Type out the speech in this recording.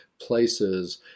places